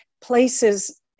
places